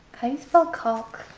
how do you spell caulk?